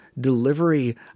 delivery